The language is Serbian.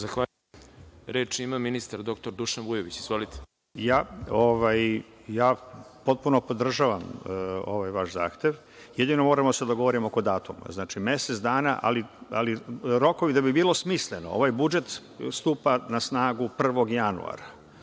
Hvala. Reč ima ministar dr Dušan Vujović. **Dušan Vujović** Potpuno podržavam ovaj vaš zahtev, jedino moramo da se dogovorimo oko datuma. Znači, mesec dana, ali rokovi da bi bilo smisleno, ovaj budžet stupa na snagu 1. januara.